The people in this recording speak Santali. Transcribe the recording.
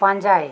ᱯᱟᱸᱡᱟᱭ